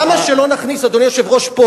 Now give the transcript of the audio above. אדוני היושב-ראש,